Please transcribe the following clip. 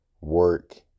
work